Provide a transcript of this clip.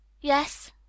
Yes